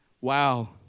Wow